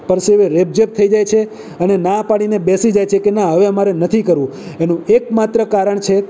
પરસેવે રેબજેબ થઈ જાય છે અને ના પાડીને બેસી જાય છે કે ના હવે અમારે નથી કરવું એનું એકમાત્ર કારણ છે